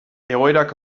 egoerak